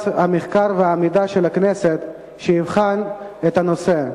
המחקר והמידע של הכנסת שיבחן את הנושא.